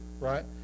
right